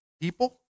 people